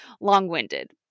long-winded